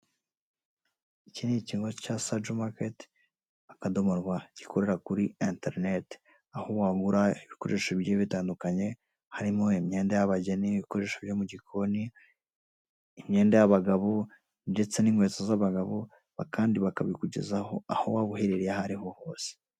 Iki ni ikigo cya saju maketi akadomo rwa, gikorera kuri enterineti. Aho wagura ibikoresho bigiye bitandukanye harimo imyenda y'abageni, ibikoresho byo mu gikoni, imyenda y'abagabo ndetse n'inkweto z'abagabo kandi bakabikugezaho aho waba uherereye aho ariho hose.